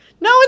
No